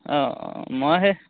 অঁ অঁ মই সেই